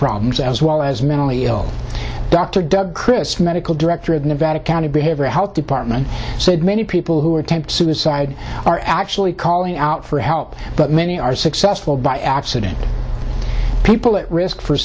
problems as well as mentally ill dr doug crist medical director of nevada county behavioral health department said many people who are attempts suicide are actually calling out for help but many are successful by accident people at risk for